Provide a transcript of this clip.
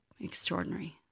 Extraordinary